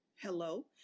Hello